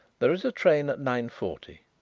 there is a train at nine-forty.